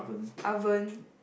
oven